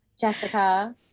jessica